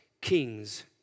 kings